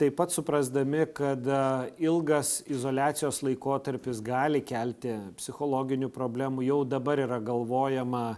taip pat suprasdami kad ilgas izoliacijos laikotarpis gali kelti psichologinių problemų jau dabar yra galvojama